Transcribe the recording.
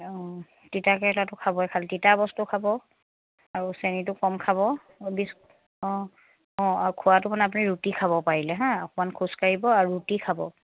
অঁ তিতা কেৰেলাটো খাবই খালি তিতা বস্তু খাব আৰু চেনিটো কম খাব বিচ অঁ অঁ আৰু খোৱাটো মানে আপুনি ৰুটি খাব পাৰিলে হা অকণমান খোজকাঢ়িব আৰু ৰুটি খাব